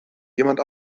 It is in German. jemand